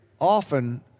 often